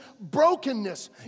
brokenness